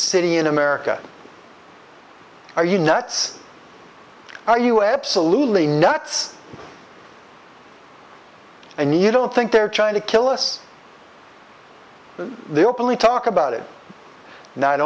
city in america are you nuts are you absolutely nuts and you don't think they're trying to kill us they openly talk about it not